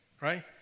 right